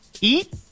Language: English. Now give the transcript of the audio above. Eat